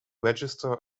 register